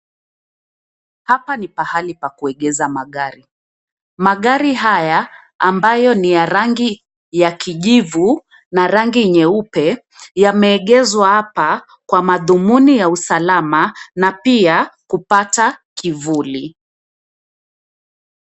Hapa ni pahali pakuegeza magari, magari haya, ambayo ni ya rangi, ya kijivu, na rangi nyeupe, yameegezwa hapa, kwa madhumuni ya usalama, na pia, kupata, kivuli,